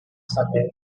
sundays